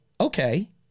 okay